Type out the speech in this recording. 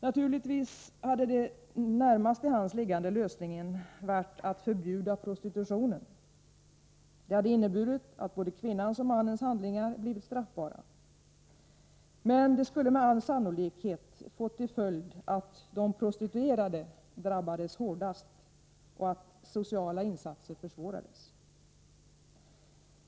Naturligtvis hade den närmast till hands liggande lösningen varit att förbjuda prostitutionen. Det hade inneburit att både kvinnans och mannens handlingar blivit straffbara. Men det skulle med all sannolikhet fått till följd att de prostituerade drabbats hårdast och att sociala insatser försvårats.